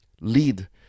lead